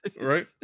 Right